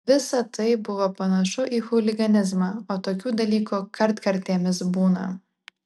visa tai buvo panašu į chuliganizmą o tokių dalykų kartkartėmis būna